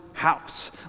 house